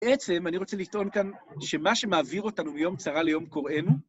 בעצם אני רוצה לטעון כאן, שמה שמעביר אותנו מיום צרה ליום קוראינו...